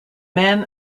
men